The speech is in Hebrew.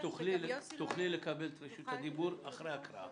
תוכלי לקבל את רשות הדיבור אחרי הקראה.